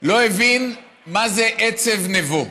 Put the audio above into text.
לא הבין מה זה "עצב נבו".